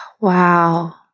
Wow